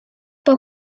può